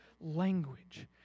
language